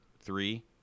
three